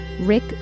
Rick